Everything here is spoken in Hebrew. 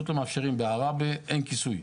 בעראבה אין כיסוי.